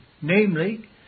namely